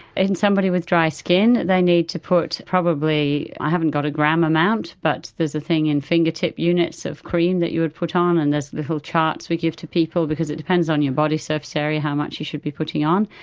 in somebody with dry skin they need to put probably, i haven't got a gram amount but there's a thing in fingertip units of cream that you would put on and there's little charts that we give to people, because it depends on your body surface area how much you should be putting on.